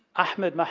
ahmed